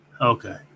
Okay